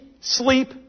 sleep